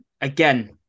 again